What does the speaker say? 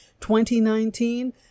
2019